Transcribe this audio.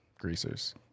Greasers